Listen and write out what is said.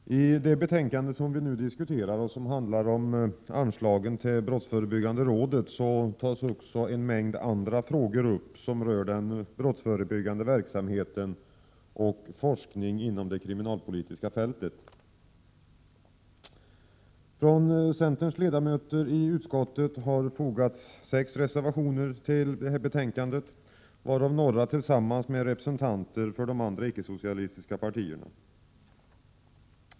Herr talman! I det betänkande som vi nu diskuterar och som handlar om anslag till brottsförebyggande rådet tas också en mängd andra frågor upp som rör brottsförebyggande verksamhet och forskning inom det kriminalpolitiska fältet. Centerns ledamöter i utskottet har fogat 6 reservationer till betänkandet, varav några tillsammans med representanter för de andra icke-socialistiska partierna.